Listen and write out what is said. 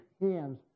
hands